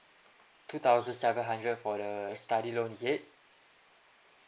two thousand seven hundred for the study loan is it